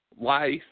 Life